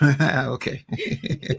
Okay